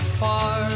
far